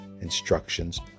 instructions